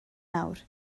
nawr